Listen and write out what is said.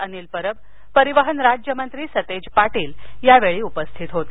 अनिल परब परिवहन राज्यमंत्री सतेज पाटील यावेळी उपस्थित होते